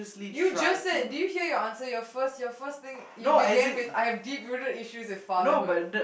you just said did you hear your answer you first your first thing you began with I have deep rooted issues with fatherhood